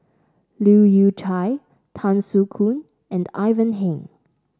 Leu Yew Chye Tan Soo Khoon and Ivan Heng